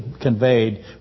conveyed